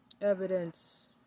evidence